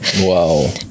Wow